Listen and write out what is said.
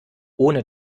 ohne